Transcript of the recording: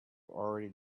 already